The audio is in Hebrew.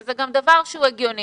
וזה גם דבר הגיוני.